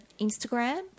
Instagram